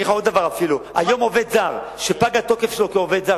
אגיד לך אפילו עוד דבר: היום עובד זר שפג תוקף האשרה שלו כעובד זר,